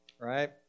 right